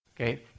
Okay